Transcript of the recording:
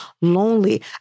lonely